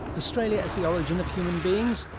australia as the origin of human beings.